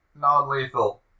Non-lethal